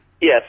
Yes